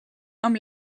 amb